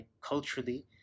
culturally